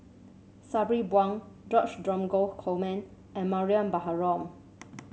Sabri Buang George Dromgold Coleman and Mariam Baharom